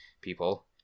people